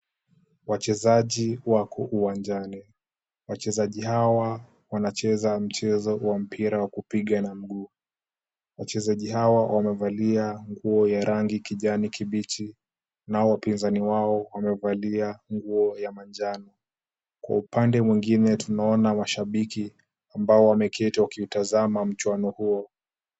Wachezaji wako uwanjani. Wachezaji hawa wanacheza mchezo wa mpira wa kupiga na mguu. Wachezaji hawa wamevalia nguo ya rangi kijani kibichi, nao wapinzani wao wamevalia nguo ya manjano. Kwa upande mwingine tunaona washabiki ambao wameketi wakiutzama mchuano huo.